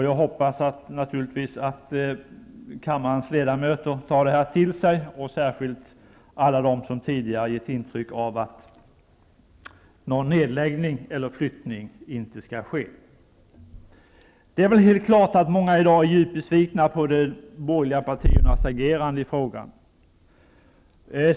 Jag hoppas naturligtvis att kammarens ledamöter tar detta till sig, särskilt alla de som tidigare gett intryck av att anse att någon nedläggning eller flyttning inte skall ske. Det är väl helt klart att många i dag är mycket besvikna på de borgerliga partiernas agerande i frågan.